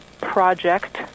project